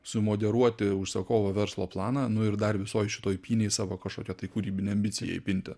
sumoderuoti užsakovo verslo planą nu ir dar visoj šitoj pynėj savo kažkokią tai kūrybinę ambiciją įpinti